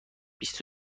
بیست